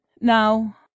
Now